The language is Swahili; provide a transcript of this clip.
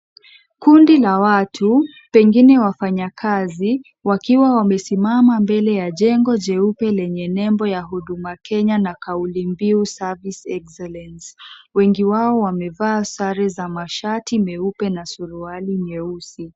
Kundi la watu pengine wafanyakazi wakiwa wamesimama mbele ya jengo jeupe lenye nembo ya huduma kenya na kauli mbiu ya service exellence wengi wao wamevaa sare za mashsti meupe na suruari nyeusi.